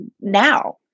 now